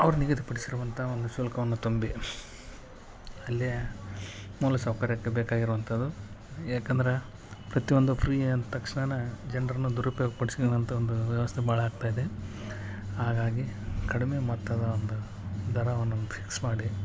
ಅವ್ರು ನಿಗದಿಪಡಿಸಿರುವಂಥ ಒಂದು ಶುಲ್ಕವನ್ನು ತುಂಬಿ ಅಲ್ಲಿ ಮೂಲಸೌಕರ್ಯಕ್ಕೆ ಬೇಕಾಗಿರುವಂಥದ್ದು ಯಾಕಂದ್ರೆ ಪ್ರತಿಯೊಂದೂ ಫ್ರೀ ಅಂದ ತಕ್ಷಣನೆ ಜನ್ರನ್ನ ದುರುಪ್ಯೋಗ ಪಡಿಸಿಕೊಳ್ವಂಥ ಒಂದು ವ್ಯವಸ್ಥೆ ಭಾಳ ಆಗ್ತಾ ಇದೆ ಹಾಗಾಗಿ ಕಡಿಮೆ ಮೊತ್ತದ ಒಂದು ದರವನ್ನು ಫಿಕ್ಸ್ ಮಾಡಿ